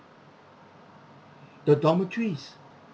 the dormitories